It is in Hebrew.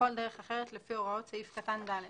ובכל דרך אחרת לפי הוראות סעיף קטן (ד).